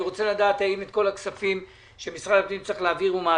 אני רוצה לדעת האם משרד הפנים מעביר את כל הכספים שהוא צריך להעביר.